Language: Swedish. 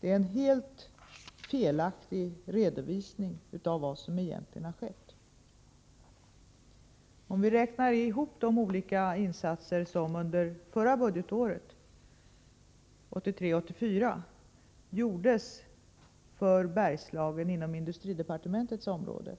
Det är en helt felaktig redovisning av vad som egentligen har skett. Om vi räknar ihop de olika insatser som under förra budgetåret, 1983/84, gjordes för Bergslagen inom industridepartementets område,